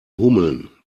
hummeln